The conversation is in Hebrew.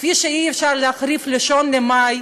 כפי שאי-אפשר להחליף את 1 במאי,